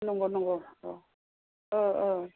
नंगौ नंगौ अ औ